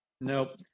Nope